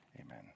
Amen